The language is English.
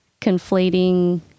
conflating